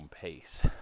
pace